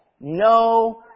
no